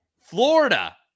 Florida